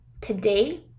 today